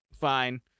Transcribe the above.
fine